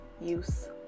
use